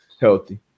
healthy